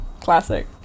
Classic